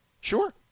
sure